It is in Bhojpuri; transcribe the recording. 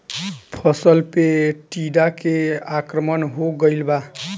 फसल पे टीडा के आक्रमण हो गइल बा?